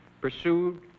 pursued